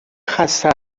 خسته